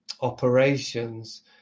operations